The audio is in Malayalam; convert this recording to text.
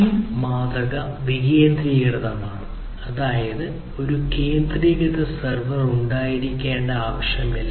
ഈ മാതൃക വികേന്ദ്രീകൃതമാണ് അതായത് ഒരു കേന്ദ്രീകൃത സെർവർ ഉണ്ടായിരിക്കേണ്ട ആവശ്യമില്ല